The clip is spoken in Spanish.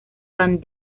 van